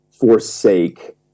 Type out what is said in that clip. forsake